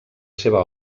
seva